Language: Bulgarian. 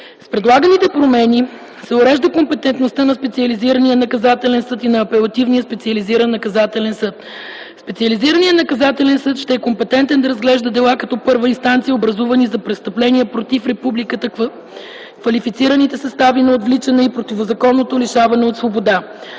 С предлаганите промени се урежда компетентността на Специализирания наказателен съд и на Апелативния специализиран наказателен съд. Специализираният наказателен съд ще е компетентен да разглежда дела като първа инстанция, образувани за престъпления против Републиката, квалифицираните състави на отвличане и противозаконно лишаване от свобода,